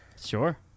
Sure